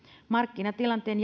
markkinatilanteen